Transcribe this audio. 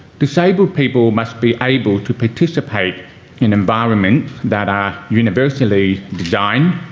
disabled people must be able to participate in environments that are universally designed,